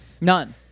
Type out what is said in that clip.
None